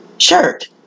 Shirt